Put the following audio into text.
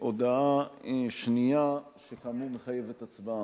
הודעה שנייה, שכאמור, מחייבת הצבעה: